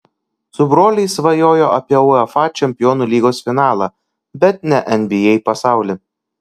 su broliais svajojo apie uefa čempionų lygos finalą bet ne nba pasaulį